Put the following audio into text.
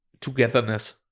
togetherness